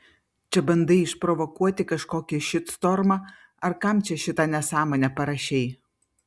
čia bandai išprovokuoti kažkokį šitstormą ar kam čia šitą nesąmonę parašei